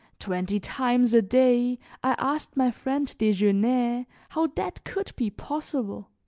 twenty times a day i asked my friend desgenais how that could be possible.